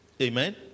Amen